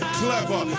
clever